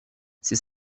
ces